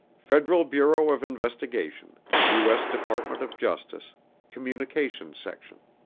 federal bureau of investigation u s. department of justice communications section